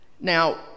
Now